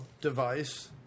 device